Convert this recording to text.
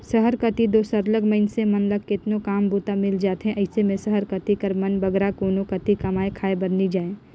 सहर कती दो सरलग मइनसे मन ल केतनो काम बूता मिल जाथे अइसे में सहर कती कर मन बगरा कोनो कती कमाए खाए बर नी जांए